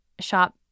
shop